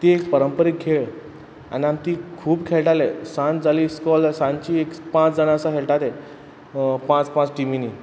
ती एक परंपरीक खेळ आन आम ती खूब खेळटाले सांज जाली स्कॉलां सांची एक पांच जाणां आसा खेळटाले पांच पांच टिमीनी